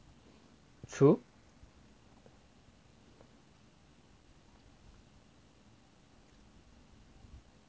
true